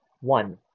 one